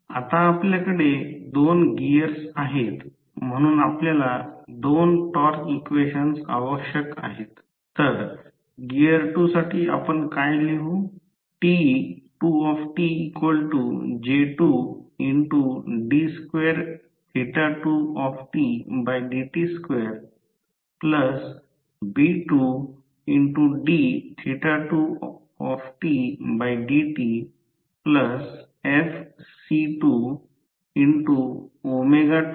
आता आपल्याकडे 2 गिअर्स आहेत म्हणून आपल्याला 2 टॉर्क इक्वेशन आवश्यक आहेत तर गिअर 2 साठी आपण काय लिहू